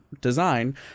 design